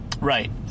Right